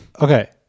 Okay